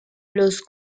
los